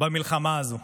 במלחמה הזאת.